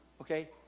Okay